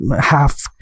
half